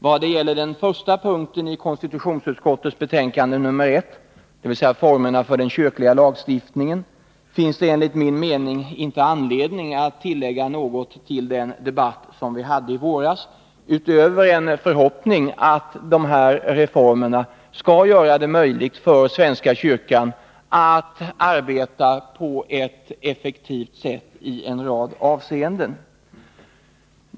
Vad gäller den första punkten i konstitutionsutskottets betänkande nr 1, dvs. formerna för den kyrkliga lagstiftningen, finns det enligt min mening inte anledning att tillägga något till den debatt som vi hade i våras, utöver en förhoppning om att dessa reformer skall göra det möjligt för svenska kyrkan att arbeta på ett effektivt sätt i en rad avseenden.